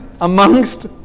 amongst